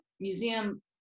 museum